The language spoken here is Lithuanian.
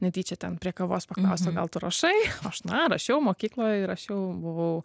netyčia ten prie kavos paklausiau gal tu rašai aš na rašiau mokykloj rašiau buvau